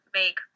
make